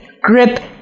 Grip